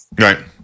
Right